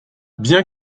bien